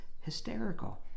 hysterical